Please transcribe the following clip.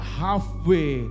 halfway